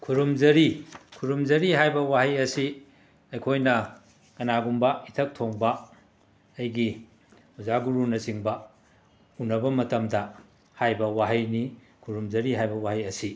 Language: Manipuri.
ꯈꯨꯔꯨꯝꯖꯔꯤ ꯈꯨꯔꯨꯝꯖꯔꯤ ꯍꯥꯏꯕ ꯋꯥꯍꯩ ꯑꯁꯤ ꯑꯩꯈꯣꯏꯅ ꯀꯅꯥꯒꯨꯝꯕ ꯏꯊꯛ ꯊꯣꯡꯕ ꯑꯩꯒꯤ ꯑꯣꯖꯥ ꯒꯨꯔꯨꯅꯆꯤꯡꯕ ꯎꯟꯅꯕ ꯃꯇꯝꯗ ꯍꯥꯏꯕ ꯋꯥꯍꯩꯅꯤ ꯈꯨꯔꯨꯝꯖꯔꯤ ꯍꯥꯏꯕ ꯋꯥꯍꯩ ꯑꯁꯤ